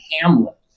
Hamlet